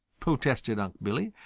protested unc' billy.